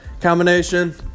combination